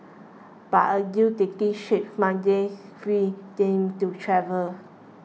but a deal taking shape Monday freed him to travel